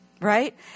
Right